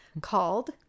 called